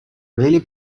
really